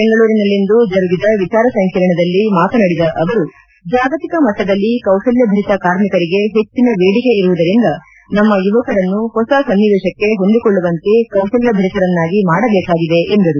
ಬೆಂಗಳೂರಿನಲ್ಲಿಂದು ಜರುಗಿದ ವಿಚಾರ ಸಂಕಿರಣದಲ್ಲಿ ಮಾತನಾಡಿದ ಅವರು ಜಾಗತಿಕ ಮಟ್ಟದಲ್ಲಿ ಕೌಶಲ್ಯಭರಿತ ಕಾರ್ಮಿಕರಿಗೆ ಹೆಚ್ಚನ ದೇಡಿಕೆ ಇರುವುದರಿಂದ ನಮ್ಮ ಯುವಕರನ್ನು ಹೊಸ ಸನ್ನಿವೇಶಕ್ಕೆ ಹೊಂದಿಕೊಳ್ಳುವಂತೆ ಕೌಶಲ್ಲಭರಿತರನ್ನಾಗಿ ಮಾಡಬೇಕಾಗಿದೆ ಎಂದರು